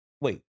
wait